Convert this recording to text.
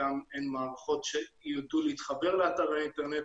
בחלקם אין מערכות שיידעו להתחבר לאתרי אינטרנט,